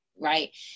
right